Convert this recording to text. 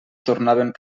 tornaven